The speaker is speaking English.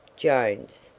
jones.